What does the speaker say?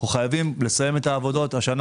אנחנו חייבים לסיים את העבודות השנה